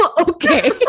okay